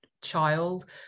child